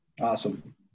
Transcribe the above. Awesome